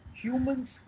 Humans